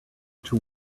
two